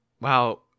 Wow